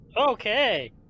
Okay